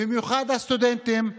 במיוחד הסטודנטים שביניהם,